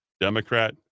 Democrat